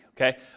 okay